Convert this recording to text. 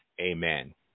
amen